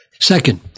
Second